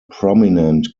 prominent